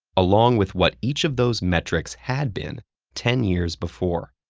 along with what each of those metrics had been ten years before.